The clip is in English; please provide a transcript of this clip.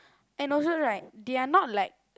and also right they're not like